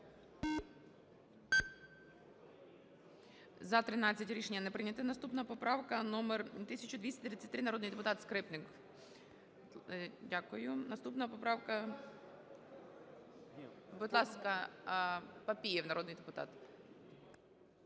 За-13 Рішення не прийнято. Наступна поправка номер 1233, народний депутат Скрипник. Дякую. Наступна поправка… Будь ласка, Папієв народний депутат.